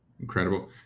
Incredible